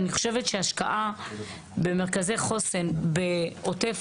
ואני חושבת שההשקעה במרכזי חוסן בעוטף